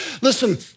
Listen